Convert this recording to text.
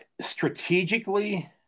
strategically